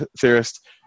theorist